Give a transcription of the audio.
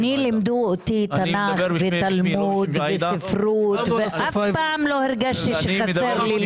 לימדו אותי תנ"ך ותלמוד וספרות ומעולם לא הרגשתי שחסר לי.